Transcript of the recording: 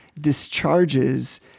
discharges